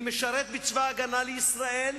אני משרת בצבא-הגנה לישראל,